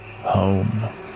home